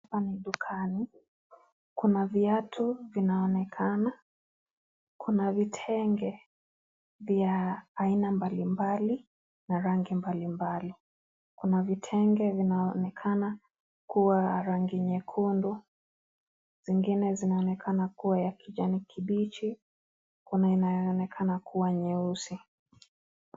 Hapa ni dukani. Kuna viatu vinaonekana, kuna vitenge vya aina mbalimbali na rangi mbalimbali. Kuna vitenge vinaonekana kuwa rangi nyekundu, zingine zinaonekana kuwa ya kijani kibichi. Kuna yenye inaonekana kuwa nyeusi.